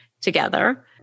together